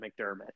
McDermott